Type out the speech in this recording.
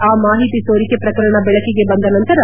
ಆ ಮಾಹಿತಿ ಸೋರಿಕೆ ಪ್ರಕರಣ ಬೆಳಕಿಗೆ ಬಂದ ನಂತರ